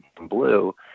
Blue